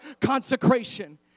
consecration